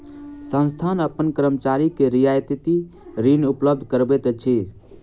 संस्थान अपन कर्मचारी के रियायती ऋण उपलब्ध करबैत अछि